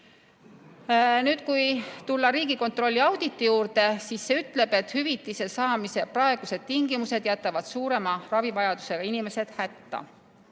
seas. Kui tulla Riigikontrolli auditi juurde, siis see ütleb, et hüvitise saamise praegused tingimused jätavad suurema ravivajadusega inimesed hätta.